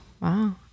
Wow